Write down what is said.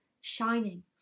shining